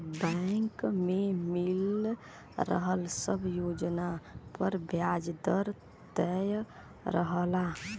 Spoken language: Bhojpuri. बैंक में मिल रहल सब योजना पर ब्याज दर तय रहला